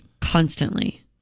constantly